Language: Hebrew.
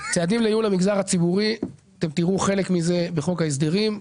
חלק מהצעדים לייעול המגזר הציבורי הוא בחוק ההסדרים,